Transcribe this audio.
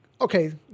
okay